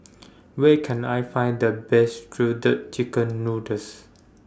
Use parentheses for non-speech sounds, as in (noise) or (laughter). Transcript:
(noise) Where Can I Find The Best Shredded Chicken Noodles